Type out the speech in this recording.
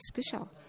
special